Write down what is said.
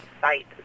site